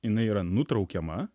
jinai yra nutraukiama